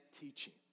teaching